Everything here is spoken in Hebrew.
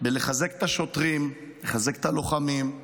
בלחזק את השוטרים, לחזק את הלוחמים,